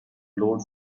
glowed